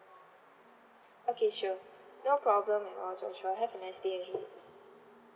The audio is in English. okay sure no problem at all joshua have a nice day ahead